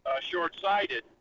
short-sighted